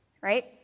right